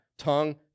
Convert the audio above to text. tongue